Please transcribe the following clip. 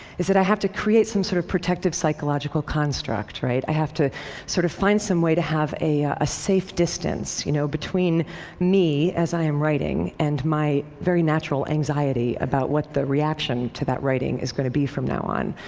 is that i have to create some sort of protective psychological construct, right? i have to sort of find some way to have a ah safe distance you know between me, as i am writing, and my very natural anxiety about what the reaction to that writing is going to be, from now on.